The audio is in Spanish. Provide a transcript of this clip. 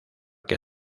que